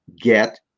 get